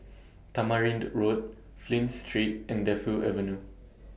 Tamarind Road Flint Street and Defu Avenue